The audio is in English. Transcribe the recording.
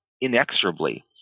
inexorably